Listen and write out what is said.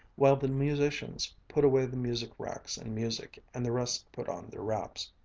while the musicians put away the music-racks and music, and the rest put on their wraps.